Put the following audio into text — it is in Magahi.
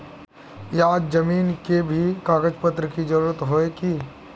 यहात जमीन के भी कागज पत्र की जरूरत होय है की?